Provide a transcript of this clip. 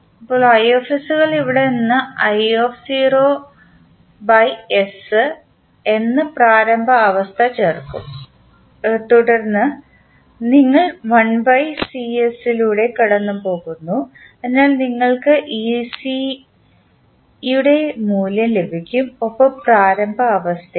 ഇപ്പോൾ കൾ ഇവിടെ നിങ്ങൾ എന്ന പ്രാരംഭ അവസ്ഥ ചേർക്കും തുടർന്ന് നിങ്ങൾ കളിലൂടെ കടന്നുപോകുന്നു അതിനാൽ നിങ്ങൾക്ക് യുടെ മൂല്യം ലഭിക്കും ഒപ്പം പ്രാരംഭ അവസ്ഥയും